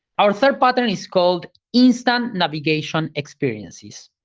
our third pattern is called instant navigation experiences.